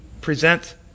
present